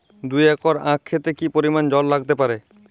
দুই একর আক ক্ষেতে কি পরিমান জল লাগতে পারে?